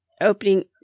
opening